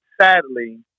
sadly